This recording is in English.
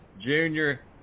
Junior